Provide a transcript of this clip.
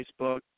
Facebook